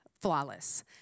flawless